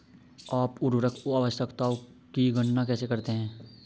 आप उर्वरक आवश्यकताओं की गणना कैसे करते हैं?